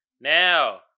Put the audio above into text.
Now